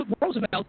Roosevelt